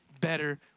better